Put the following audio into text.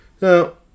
Now